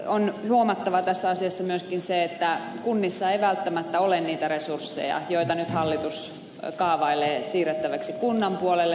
on huomattava tässä asiassa myöskin se että kunnissa ei välttämättä ole resursseja näihin toimintoihin joita nyt hallitus kaavailee siirrettäväksi kunnan puolelle